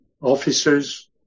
officers